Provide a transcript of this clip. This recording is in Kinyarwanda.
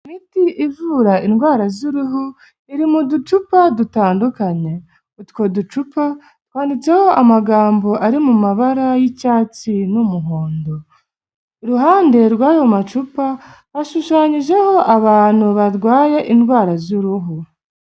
Imiti ivura indwara z'uruhu iri mu ducupa dutandukanye, utwo ducupa twanditseho amagambo ari mu mabara y'icyatsi n'umuhondo, iruhande rw'ayo macupa hashushanyijeho abantu barwaye indwara z'uruhu.